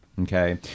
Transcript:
Okay